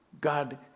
God